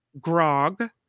Grog